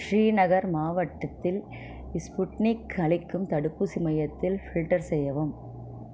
ஸ்ரீநகர் மாவட்டத்தில் ஸ்புட்னிக் அளிக்கும் தடுப்பூசி மையத்தில் ஃபில்டர் செய்யவும்